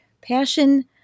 passion